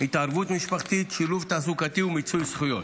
התערבות משפחתית, שילוב תעסוקתי ומיצוי זכויות.